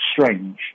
strange